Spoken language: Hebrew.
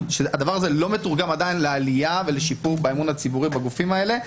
שהדבר הזה לא מתורגם עדיין לעלייה ולשיפור באמון הציבורי בגופים האלה,